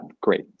great